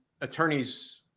attorney's